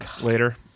later